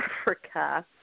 Africa